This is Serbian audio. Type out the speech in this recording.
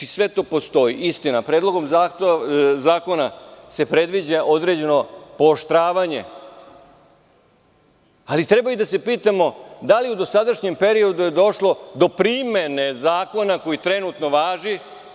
Istina, Predlogom zakona se predviđa određeno pooštravanje, ali, treba da se pitamo da li je u dosadašnjem periodu došlo do primene zakona koji trenutno važi?